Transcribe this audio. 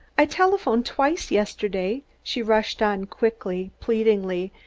i telephoned twice yesterday, she rushed on quickly, pleadingly,